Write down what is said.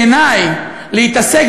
בעיני, להתעסק